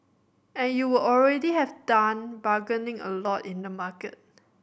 and you would already have done bargaining a lot in the market